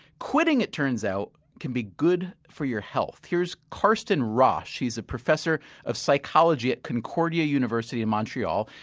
quitting, it turns out, can be good for your health. here's carsten rausch, he's a professor of psychology at concordia university in montreal,